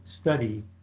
study